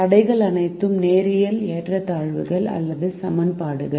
தடைகள் அனைத்தும் நேரியல் ஏற்றத்தாழ்வுகள் அல்லது சமன்பாடுகள்